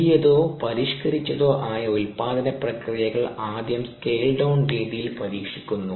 പുതിയതോ പരിഷ്കരിച്ചതോ ആയ ഉൽപാദന പ്രക്രിയകൾ ആദ്യം സ്കെയിൽ ഡൌൺ രീതിയിൽ പരീക്ഷിക്കുന്നു